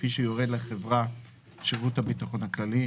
כפי שיורה לחברה שירות הביטחון הכללי,